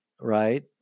right